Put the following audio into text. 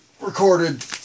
recorded